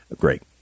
Great